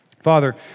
Father